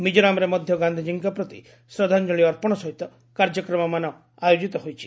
ମିଜୋରାମ୍ରେ ମଧ୍ୟ ଗାନ୍ଧିଜୀଙ୍କ ପ୍ରତି ଶ୍ରଦ୍ଧାଞ୍ଚଳି ଅର୍ପଣ ସହିତ କାର୍ଯ୍ୟକ୍ରମମାନ ଆୟୋଜିତ ହୋଇଛି